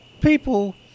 people